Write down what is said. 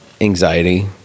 anxiety